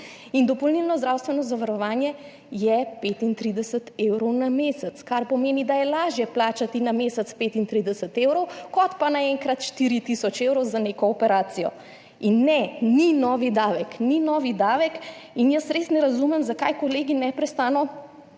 In dopolnilno zdravstveno zavarovanje je 35 evrov na mesec, kar pomeni, da je lažje plačati na mesec 35 evrov kot pa naenkrat 4 tisoč za neko operacijo. In ne, ni novi davek. Ni novi davek. In jaz res ne razumem, zakaj kolegi neprestano